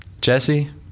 Jesse